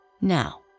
Now